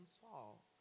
Saul